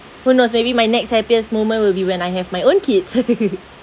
who knows maybe my next happiest moment will be when I have my own kids